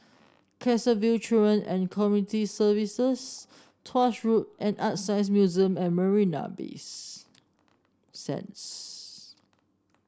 Canossaville Children and Community Services Tuas Road and ArtScience Museum at Marina Bay Sands